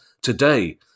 today